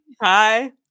Hi